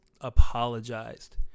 apologized